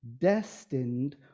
destined